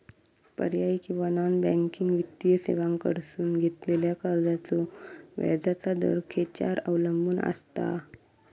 पर्यायी किंवा non banking वित्तीय सेवांकडसून घेतलेल्या कर्जाचो व्याजाचा दर खेच्यार अवलंबून आसता?